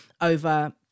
over